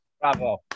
Bravo